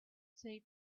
they